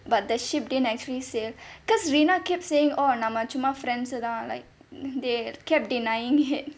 but the ship didn't actually sail because rena keep saying oh நம்ம சும்மா:namma summa friends சு தான்:su thaan they kept denying it